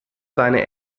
seine